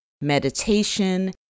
meditation